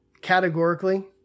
categorically